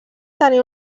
tenia